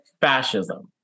Fascism